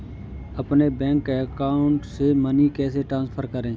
अपने bank account से money कैसे ट्रांसफर करें?